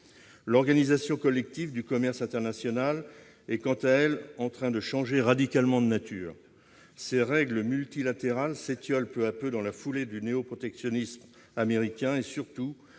L'organisation collective du commerce international est, quant à elle, en train de changer radicalement de nature. Ses règles multilatérales s'étiolent peu à peu dans la foulée du néoprotectionnisme américain et, surtout,